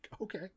Okay